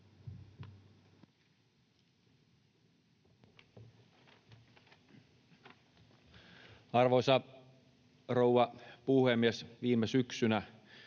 Arvoisa rouva puhemies! Viime syksynä